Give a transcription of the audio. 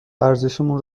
ارزشمون